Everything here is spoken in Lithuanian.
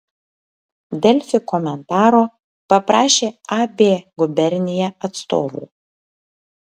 delfi komentaro paprašė ab gubernija atstovų